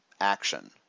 action